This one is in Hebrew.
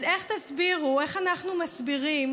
אז איך תסבירו, איך אנחנו מסבירים